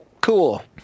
Cool